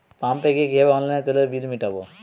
পাম্পে গিয়ে কিভাবে অনলাইনে তেলের বিল মিটাব?